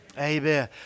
Amen